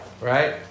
right